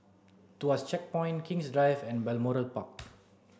Tuas Checkpoint King's Drive and Balmoral Park